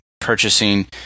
purchasing